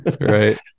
Right